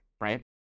right